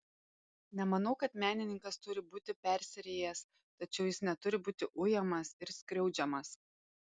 nemanau kad menininkas turi būti persirijęs tačiau jis neturi būti ujamas ir skriaudžiamas